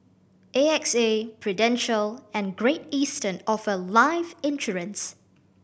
A X A Prudential and Great Eastern offer life insurance